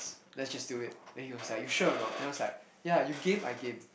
let's just do it and he was like you sure or not and I was like yeah you game I game